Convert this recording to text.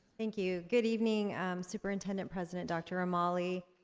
thank you. good evening superintendent-president dr. romali,